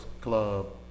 club